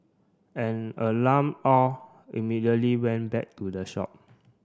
an alarmed Aw immediately went back to the shop